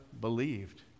believed